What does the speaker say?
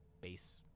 base